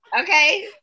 Okay